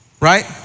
Right